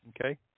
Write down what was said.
Okay